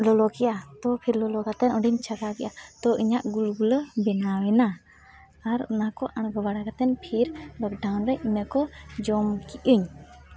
ᱞᱚᱞᱚ ᱠᱮᱫᱼᱟ ᱛᱚ ᱯᱷᱮᱨ ᱞᱚᱞᱚ ᱠᱟᱛᱮᱫ ᱚᱸᱰᱮᱧ ᱪᱷᱟᱸᱠᱟᱣ ᱠᱮᱫᱼᱟ ᱛᱚ ᱤᱧᱟᱹᱜ ᱜᱩᱞ ᱜᱩᱞᱟᱹ ᱵᱮᱱᱟᱣᱮᱱᱟ ᱟᱨ ᱚᱱᱟ ᱠᱚ ᱟᱬᱜᱚ ᱵᱟᱲᱟ ᱠᱟᱛᱮᱫ ᱯᱷᱤᱨ ᱵᱚᱨᱴᱚᱱ ᱨᱮ ᱤᱱᱟᱹ ᱠᱚ ᱡᱚᱢ ᱠᱮᱫ ᱟᱹᱧ